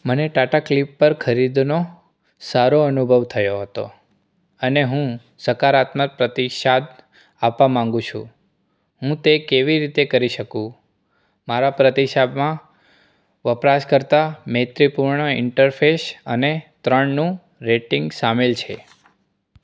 મને ટાટા ક્લિક ર ખરીદીનો સારો અનુભવ થયો હતો અને હું સકારાત્મક પ્રતિસાદ આપવા માંગુ છું હું તે કેવી રીતે કરી શકું મારા પ્રતિસાદમાં વપરાશકર્તા મૈત્રીપૂર્ણ ઈન્ટરફેશ અને ત્રણનું રેટિંગ સામેલ છે